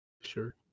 Sure